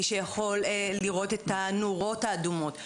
מי שיכול לראות את הנורות האדומות,